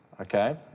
Okay